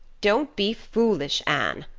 don't be foolish, anne.